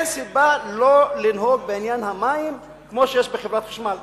אין סיבה שלא לנהוג בעניין המים כמו בחברת החשמל: